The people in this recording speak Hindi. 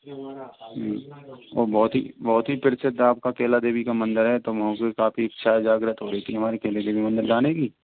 और बहुत ही बहुत ही प्रसिद्ध आपके केला देवी का मंदिर है तो बहुत ही काफ़ी इच्छा उजागर हो रही थी केला मंदिर जाने कि